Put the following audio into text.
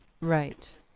right